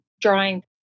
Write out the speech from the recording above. drawing